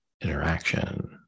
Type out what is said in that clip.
interaction